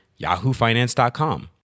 yahoofinance.com